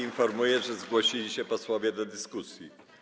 Informuję, że zgłosili się posłowie do dyskusji.